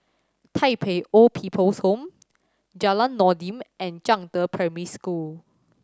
Tai Pei Old People's Home Jalan Noordin and Zhangde Primary School